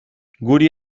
guri